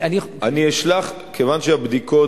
אני אשלח, כיוון שהבדיקות